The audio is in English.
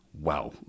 wow